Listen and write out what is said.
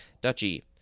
duchy